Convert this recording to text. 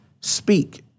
speak